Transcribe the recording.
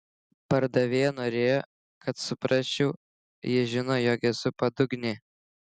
pardavėja norėjo kad suprasčiau ji žino jog esu padugnė